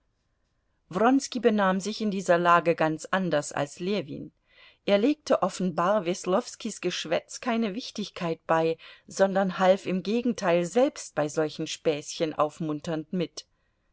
benahm sich in dieser lage ganz anders als ljewin er legte offenbar weslowskis geschwätz keine wichtigkeit bei sondern half im gegenteil selbst bei solchen späßchen aufmunternd mit